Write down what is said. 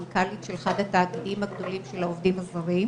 מנכ"לית של אחד התאגידים הגדולים של העובדים הזרים,